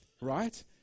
right